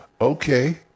Okay